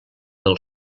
del